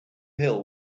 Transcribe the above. hill